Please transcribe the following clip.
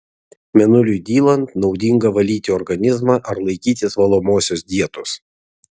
mėnuliui dylant naudinga valyti organizmą ar laikytis valomosios dietos